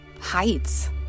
heights